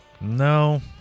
No